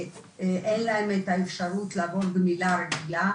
ואין להם אפשרות לעבור גמילה רגילה,